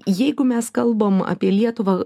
jeigu mes kalbam apie lietuvą